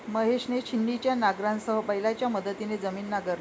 महेशने छिन्नीच्या नांगरासह बैलांच्या मदतीने जमीन नांगरली